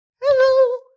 Hello